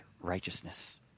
righteousness